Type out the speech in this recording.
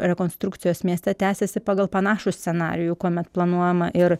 rekonstrukcijos mieste tęsiasi pagal panašų scenarijų kuomet planuojama ir